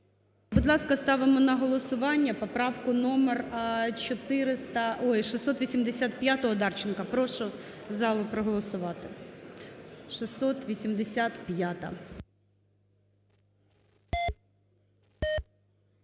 Будь ласка, ставимо на голосування поправку номер 685 Одарченка. Прошу залу проголосувати – 685-а.